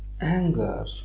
anger